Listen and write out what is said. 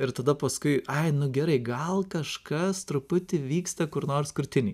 ir tada paskui ai nu gerai gal kažkas truputį vyksta kur nors krūtinėj